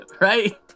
Right